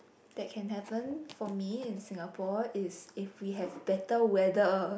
that can happen for me in Singapore is if we have better weather